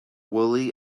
woolly